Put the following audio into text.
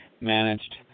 managed